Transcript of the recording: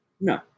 No